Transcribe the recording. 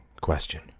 question